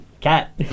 Cat